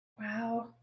Wow